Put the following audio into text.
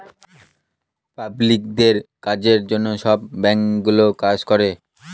পাবলিকদের কাজের জন্য সব ব্যাঙ্কগুলো কাজ করে